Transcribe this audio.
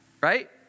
right